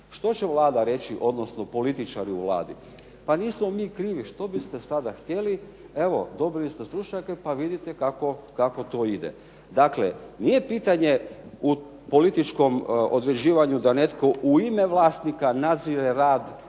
Što će Vlada reći, odnosno političari u Vladi? "Pa nismo mi krivi, što biste sada htjeli? Evo dobili ste stručnjake pa vidite kako to ide." Dakle, nije pitanje u političkom određivanju da netko u ime vlasnika nadzire rad uprava